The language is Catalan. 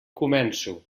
començo